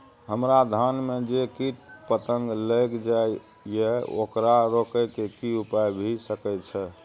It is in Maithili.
हमरा धान में जे कीट पतंग लैग जाय ये ओकरा रोके के कि उपाय भी सके छै?